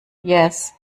yes